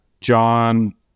John